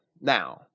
Now